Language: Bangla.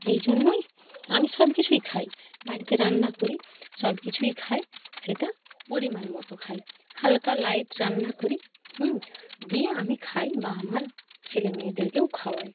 এই জন্যই আমি সব কিছুই খাই বাড়িতে রান্না করি সব কিছুই খাই সেটা পরিমাণ মতো খাই হালকা লাইট রান্না করি হুম দিয়ে আমি খাই বা আমার ছেলে মেয়েদেরকেও খাওয়াই